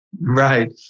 Right